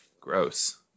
gross